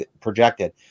projected